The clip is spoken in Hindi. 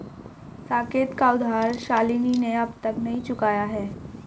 साकेत का उधार शालिनी ने अब तक नहीं चुकाया है